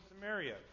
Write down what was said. Samaria